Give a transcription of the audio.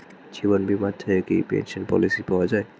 জীবন বীমা থেকে কি পেনশন পলিসি পাওয়া যায়?